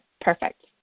perfect